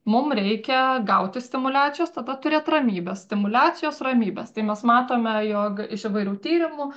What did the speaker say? mum reikia gauti stimuliacijos tada turėt ramybės stimuliacijos ramybės tai mes matome jog iš įvairių tyrimų